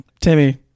Timmy